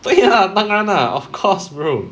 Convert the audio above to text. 会啦当然啊 of course bro